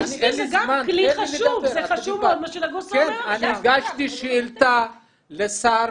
אני הגשתי שאילתה לשר,